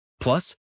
Plus